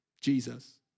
Jesus